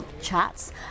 chats